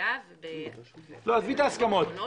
בוועדה- - עזבי את ההסכמות.